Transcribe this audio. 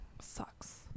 sucks